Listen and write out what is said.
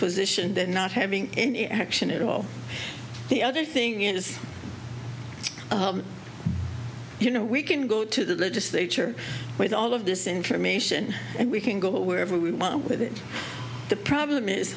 position than not having any action at all the other thing is you know we can go to the legislature with all of this information and we can go wherever we want with it the problem is